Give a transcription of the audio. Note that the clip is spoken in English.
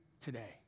today